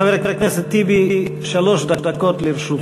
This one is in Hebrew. חבר הכנסת טיבי, שלוש דקות לרשותך.